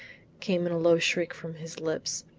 came in a low shriek from his lips,